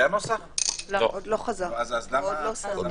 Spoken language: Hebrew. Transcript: אז למה?